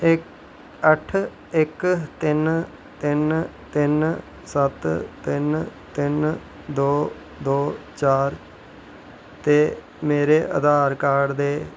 इक अट्ठ इक तिन तिन तिन सत्त तिन तिन दो दो चार ते मेरे आधार कार्ड दे